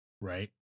right